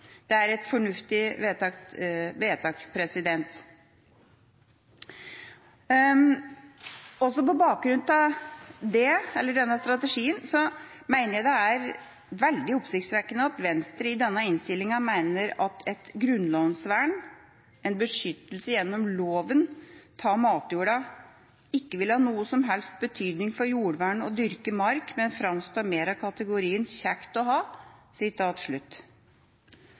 Det er et fornuftig vedtak. Også på bakgrunn av denne strategien mener jeg det er veldig oppsiktsvekkende at Venstre i denne innstillinga mener at et grunnlovsvern, beskyttelse gjennom lov, av matjorda ikke vil ha «noen som helst betydning for jordvern og dyrket mark, men fremstår mer av kategorien «kjekt å ha»».